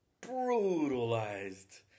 brutalized